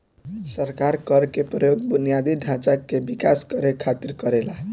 सरकार कर के प्रयोग बुनियादी ढांचा के विकास करे खातिर करेला